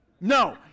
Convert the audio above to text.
no